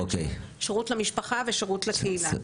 שירות למשפחה ושירות לקהילה.